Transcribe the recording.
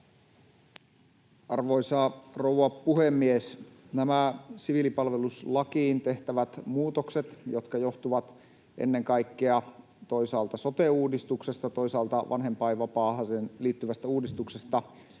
Arvoisa rouva puhemies! Nämä siviilipalveluslakiin tehtävät muutokset, jotka johtuvat ennen kaikkea toisaalta sote-uudistuksesta, toisaalta vanhempainvapaaseen liittyvästä uudistuksesta,